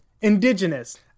indigenous